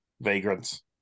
vagrants